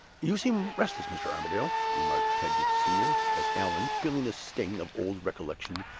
you seem restless, mr. armadale, remarked pedgift senior, as allan, feeling the sting of old recollections,